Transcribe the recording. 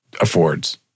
affords